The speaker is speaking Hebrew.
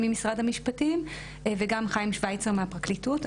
ממשרד המשפטים וגם חיים שוויצר מהפרקליטות.